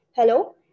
Hello